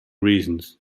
reasons